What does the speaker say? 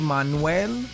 Manuel